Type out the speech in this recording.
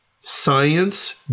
Science